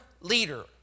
leader